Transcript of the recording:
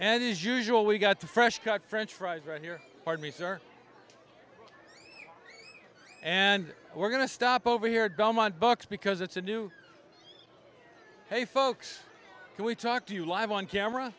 as usual we got the fresh cut french fries right here pardon me sir and we're going to stop over here gaumont bucks because it's a new hey folks can we talk to you live on camera